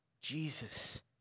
Jesus